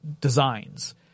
designs